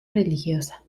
religiosa